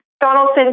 Donaldson